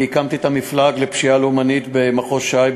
הקמתי את המפלג לפשיעה לאומנית במחוז ש"י,